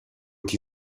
chi